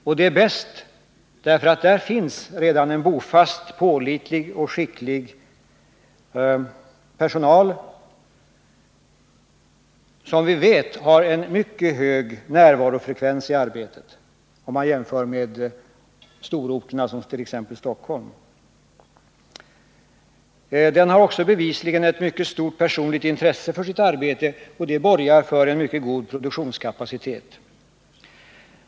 Och det är bäst därför att där finns redan en bofast, pålitlig och skicklig personal som vi vet har en mycket hög närvarofrekvens i arbetet, om man jämför med stororterna som t.ex. Stockholm. Den har bevisligen också ett stort personligt intresse för sitt arbete, och det borgar för en mycket god produktionskapacitet.